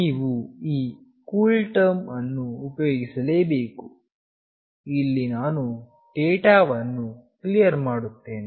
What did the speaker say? ನೀವು ಈ cool term ಅನ್ನು ಉಪಯೋಗಿಸಲೇಬೇಕು ಇಲ್ಲಿ ನಾನು ಡೇಟಾವನ್ನು ಕ್ಲಿಯರ್ ಮಾಡುತ್ತೇನೆ